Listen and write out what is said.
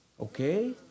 Okay